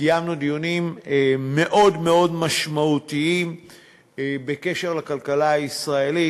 קיימנו דיונים מאוד מאוד משמעותיים בקשר לכלכלה הישראלית.